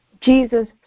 Jesus